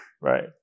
Right